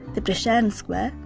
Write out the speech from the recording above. the preseren square,